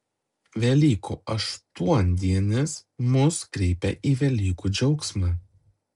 velykų aštuondienis mus kreipia į velykų džiaugsmą